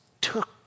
took